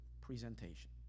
presentation